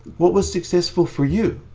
what was successful for you?